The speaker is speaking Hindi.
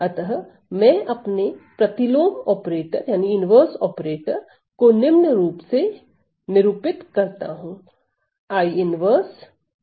अतः मैं अपने प्रतिलोम ऑपरेटर को निम्न रूप से निरूपित करता हूं